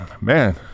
man